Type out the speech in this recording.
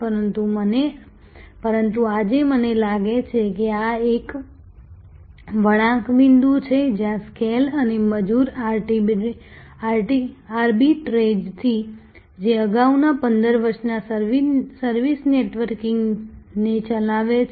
પરંતુ આજે મને લાગે છે કે આ એક વળાંક બિંદુ છે જ્યાં સ્કેલ અને મજૂર આર્બિટ્રેજથી જે અગાઉના 15 વર્ષોના સર્વિસ નેટવર્કિંગને ચલાવે છે